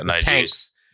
tanks